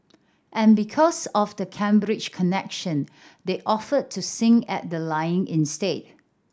and because of the Cambridge connection they offered to sing at the lying in state